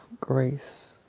grace